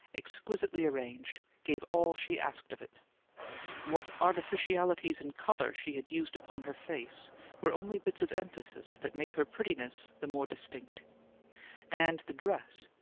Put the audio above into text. exquisitely arranged, gave all she asked of it what artificialities in colour she had used upon her face were only bits of emphasis that made her prettiness the more distinct and the dress,